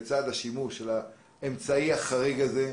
בצד השימוש באמצעי החריג הזה,